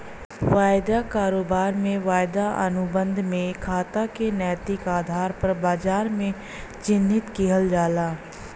वायदा कारोबार में, वायदा अनुबंध में खाता के दैनिक आधार पर बाजार में चिह्नित किहल जाला